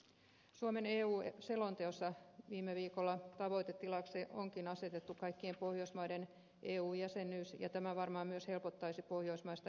suomen eu selonteossa viime viikolla asetettiin tavoitetilaksi kaikkien pohjoismaiden eu jäsenyys ja tämä varmaan myös helpottaisi pohjoismaista yhteistyötä